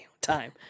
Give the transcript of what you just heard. time